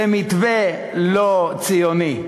זה מתווה לא ציוני.